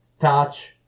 touch